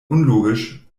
unlogisch